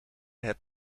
het